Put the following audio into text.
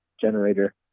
Generator